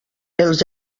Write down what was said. els